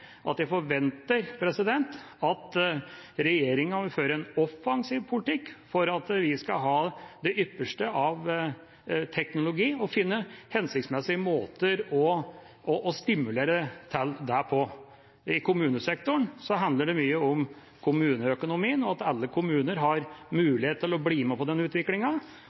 at jeg forventer at regjeringa vil føre en offensiv politikk, slik at vi skal ha det ypperste av teknologi, og at vi skal finne hensiktsmessige måter å stimulere til det på. I kommunesektoren handler det mye om kommuneøkonomien og at alle kommuner har mulighet til å bli med på den utviklinga.